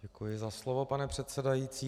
Děkuji za slovo, pane předsedající.